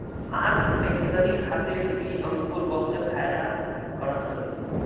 आँख बेहतरी खातिर भी अंगूर बहुते फायदा करत हवे